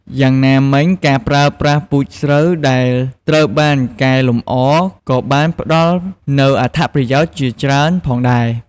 យ៉ាងណាមិញការប្រើប្រាស់ពូជស្រូវដែលត្រូវបានកែលម្អ ក៏បានផ្ដល់នូវអត្ថប្រយោជន៍ជាច្រើនផងដែរ។